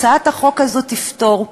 הצעת החוק הזאת תפתור,